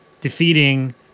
defeating